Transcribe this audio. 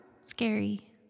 scary